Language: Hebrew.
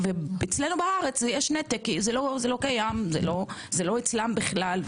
אצלנו בארץ יש נתק, זה לא קיים, זה לא אצלם בכלל.